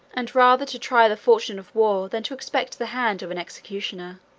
and rather to try the fortune of war than to expect the hand of an executioner.